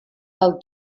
del